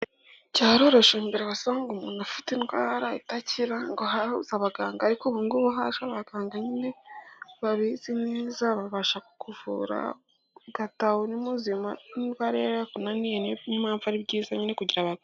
Cyaroroshye mbere wasangaga, umuntu afite indwara idakira, ngo habuze abaganga ariko ubu ngubu haje abagangaga, nyine babizi neza babasha kukuvura ugataha urimuzima, n'indwara yarakunaniye, niyo mpamvu ari byiza nyine kugira abaganga.